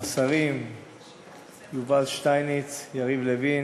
השרים יובל שטייניץ, יריב לוין,